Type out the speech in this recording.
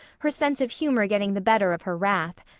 her sense of humor getting the better of her wrath.